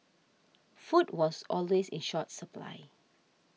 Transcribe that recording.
food was always in short supply